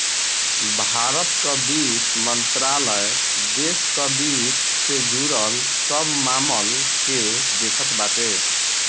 भारत कअ वित्त मंत्रालय देस कअ वित्त से जुड़ल सब मामल के देखत बाटे